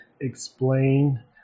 explain